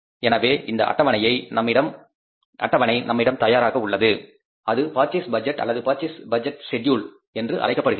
எனவே இந்த அட்டவணை நம்மிடம் தயாராக உள்ளது அது பர்ச்சேஸ் பட்ஜெட் அல்லது பர்ச்சேஸ் பட்ஜெட் செட்யூல் என்று அழைக்கப்படுகின்றது